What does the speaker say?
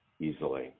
easily